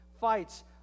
fights